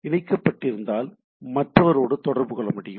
நான் இதில் இணைக்கப்பட்டிருந்தால் மற்றவரோடு தொடர்பு கொள்ள முடியும்